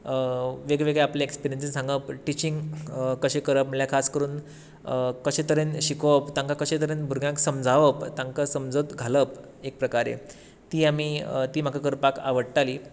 वेगळे वेगळे आपले एस्पिरियन्सीस सांगप टिचींग कशें करप म्हळ्यार खास करून कशें तरेन शिकोवप तांकां कशें तरेन भुरग्यांक समजावप तांकां समजत घालप एक प्रकारे ती आमी ती म्हाका करपाक आवडटाली